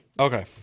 okay